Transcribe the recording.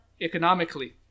economically